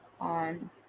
on